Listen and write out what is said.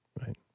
Right